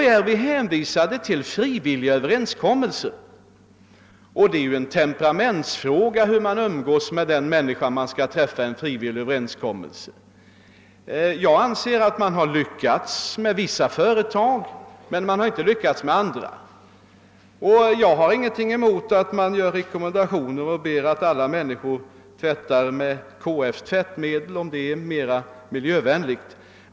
Nu är vi emellertid hänvisade till frivilliga överenskommelser. Det är naturligtvis en temperamentsfråga hur man umgås med den människa med vilken man skall träffa en frivillig överenskommelse. Jag anser att vi har lyckats med vissa företag men inte med andra, och jag har ingenting emot att man gör rekommendationer och ber alla människor att tvätta med KF:s tvättmedel om de är mer miljövänliga.